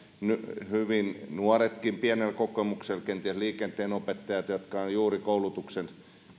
hyvin nuoretkin pienellä kokemuksella kenties liikenteenopettajat jotka ovat juuri koulutuksen